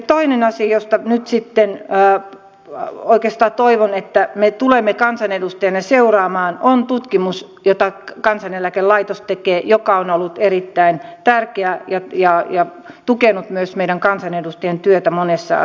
toinen asia jota toivoakseni me tulemme kansanedustajina seuraamaan on tutkimus jota kansaneläkelaitos tekee joka on ollut erittäin tärkeää ja tukenut myös meidän kansanedustajien työtä monessa asiassa